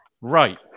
right